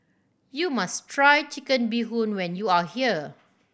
you must try Chicken Bee Hoon when you are here